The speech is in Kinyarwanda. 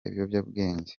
ibiyobyabwenge